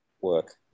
work